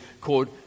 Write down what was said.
called